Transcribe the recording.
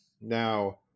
now